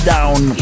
Down